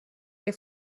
que